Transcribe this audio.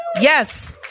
Yes